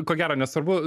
ko gero nesvarbu